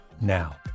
now